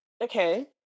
okay